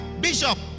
Bishop